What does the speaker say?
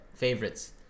Favorites